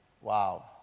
Wow